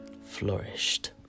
flourished